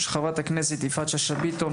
של חברת הכנסת יפעת שאשא ביטון,